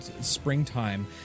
springtime